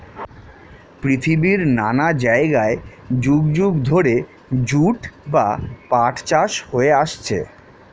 পৃথিবীর নানা জায়গায় যুগ যুগ ধরে জুট বা পাট চাষ হয়ে আসছে